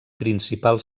principal